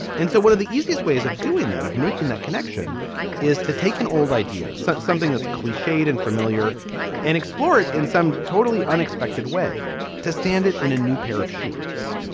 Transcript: and so one of the easiest ways of doing that is making that connection is to take an old idea. so something that's cliched and familiar and explored in some totally unexpected way to stand it in a new pair of shoes.